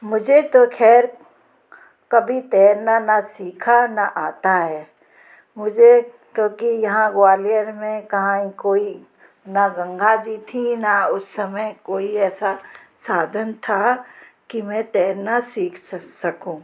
मुझे तो खैर कभी तैरना न सीखा न आता है मुझे क्योंकि यहाँ ग्वालियर में कहाँ ही कोई न गंगा जी थी न उस समय कोई ऐसा साधन था कि मैं तैरना सीख सकूँ